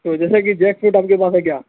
تو جیسا کہ جیک فروٹ آپ کے پاس ہے کیا